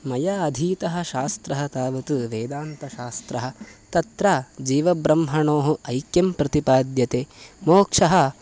मया अधीतं शास्त्रं तावत् वेदान्तशास्त्रं तत्र जीवब्रह्मणोः ऐक्यं प्रतिपाद्यते मोक्षः